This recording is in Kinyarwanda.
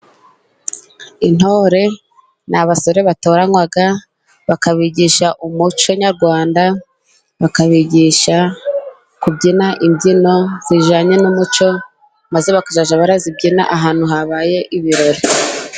intore ni abasore batoranywa bakabigisha umuco nyarwanda, bakabigisha kubyina imbyino zijyanye n'umuco, maze bakajya barazibyina ahantu habaye ibirori.